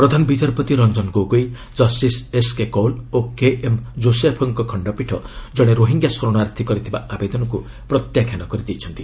ପ୍ରଧାନ ବିଚାରପତି Ranjan Gogoi justice S K Kaul ଓ K M ଜୋସେଫ୍ଙ୍କ ଖଣ୍ଡପୀଠ ଜଣେ ରୋହିଙ୍ଗ୍ୟା ଶରଣାର୍ଥୀ କରିଥିବା ଆବେଦନକୁ ପ୍ରତ୍ୟାଖ୍ୟାନ କରିଦେଇଛନ୍ତି